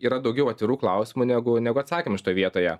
yra daugiau atvirų klausimų negu negu atsakymų šitoj vietoje